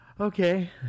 Okay